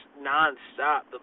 non-stop